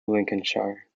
lincolnshire